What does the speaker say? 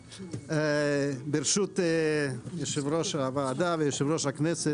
ברשות יושב-ראש הוועדה ויושב-ראש הכנסת,